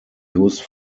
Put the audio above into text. used